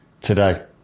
today